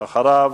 אחריו,